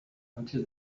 until